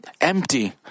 empty